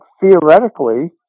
theoretically